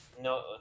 No